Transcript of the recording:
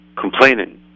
complaining